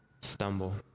stumble